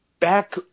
back –